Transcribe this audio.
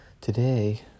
Today